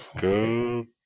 Good